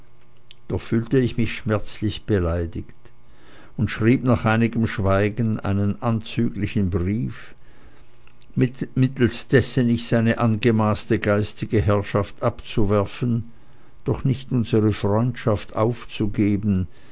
doch fühlte ich mich schmerzlich beleidigt und schrieb nach einigem schweigen einen anzüglichen brief mittelst dessen ich seine angemaßte geistige herrschaft abzuwerfen doch nicht unsere freundschaft aufzuheben